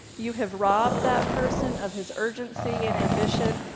you have robbed that person of his urgency and ambition,